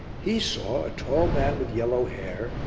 he saw a tall man with yellow hair,